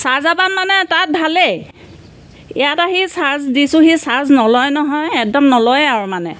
চাৰ্জাৰপাত মানে তাত ভালেই ইয়াত আহি চাৰ্জ দিছোঁ সি চাৰ্জ নলয় নহয় একদম নলয় আৰু মানে